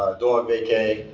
ah dogvacay,